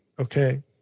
Okay